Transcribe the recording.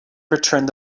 returned